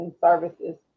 services